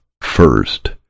first